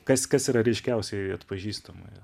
kas kas yra ryškiausiai atpažįstama yra